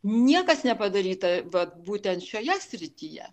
niekas nepadaryta vat būtent šioje srityje